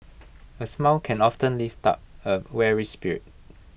A smile can often lift up A weary spirit